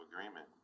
agreement